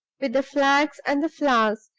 with the flags and the flowers,